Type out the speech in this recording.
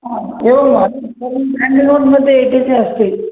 हा एवं वा हडलोट् मध्ये एटि च अस्ति